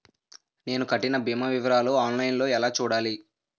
నేను కట్టిన భీమా వివరాలు ఆన్ లైన్ లో ఎలా చూడాలి?